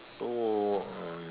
oh um